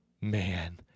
man